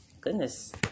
goodness